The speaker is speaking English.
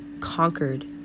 conquered